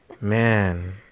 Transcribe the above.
man